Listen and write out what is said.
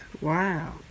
Wow